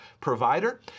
provider